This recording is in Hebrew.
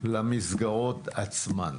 למסגרות עצמן.